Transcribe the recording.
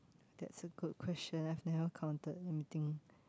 that's a good question I've never counted anything